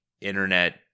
internet